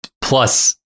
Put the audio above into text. plus